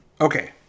Okay